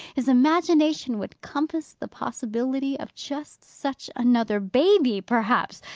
his imagination would compass the possibility of just such another baby, perhaps.